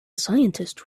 scientist